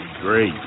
Great